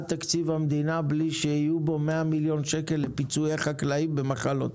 תקציב המדינה בלי שיהיו בו 100 מיליון שקל לפיצוי חקלאים במחלות.